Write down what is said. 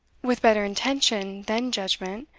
with better intention than judgment,